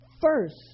first